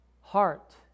heart